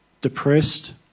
depressed